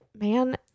Man